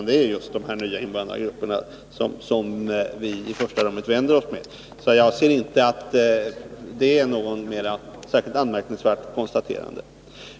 Det är just de nya invandrargrupperna som vi i första rummet vänder oss till, så jag ser inte det som något särskilt anmärkningsvärt konstaterande.